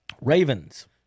Ravens